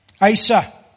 Asa